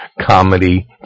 comedy